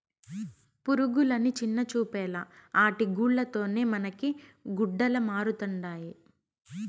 పురుగులని చిన్నచూపేలా ఆటి గూల్ల తోనే మనకి గుడ్డలమరుతండాయి